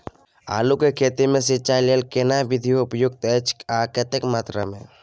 आलू के खेती मे सिंचाई लेल केना विधी उपयुक्त अछि आ कतेक मात्रा मे?